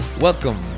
Welcome